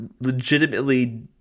legitimately